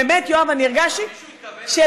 באמת, יואב, אני הרגשתי, למה,